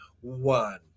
one